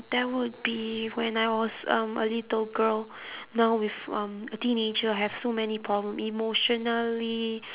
that would be when I was um a little girl now with um a teenager I have so many problem emotionally